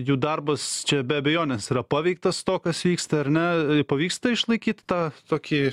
jų darbas čia be abejonės yra paveiktas to kas vyksta ar ne pavyksta išlaikyt tą tokį